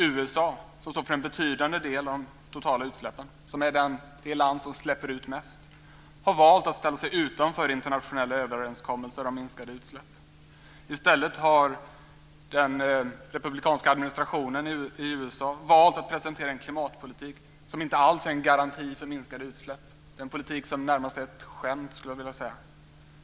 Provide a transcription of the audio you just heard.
USA, som står för en betydande del av de totala utsläppen och är det land som släpper ut mest, har valt att stå utanför internationella överenskommelser om minskade utsläpp. I stället har den republikanska administrationen i USA valt att presentera en klimatpolitik som inte alls är en garanti för minskade utsläpp. Det är en politik som närmast är ett skämt, skulle jag vilja säga.